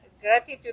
Gratitude